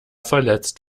verletzt